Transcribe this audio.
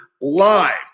live